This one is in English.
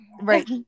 right